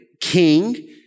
king